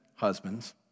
husbands